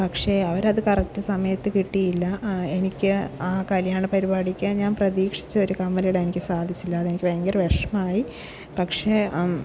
പക്ഷേ അവരത് കറക്റ്റ് സമയത്ത് കിട്ടിയില്ല എനിക്ക് ആ കല്യാണ പരിപാടിക്ക് ഞാൻ പ്രതീക്ഷിച്ച ഒരു കമ്മലിടാൻ എനിക്ക് സാധിച്ചില്ല അതെനിക്ക് ഭയങ്കര വിഷമമായി പക്ഷേ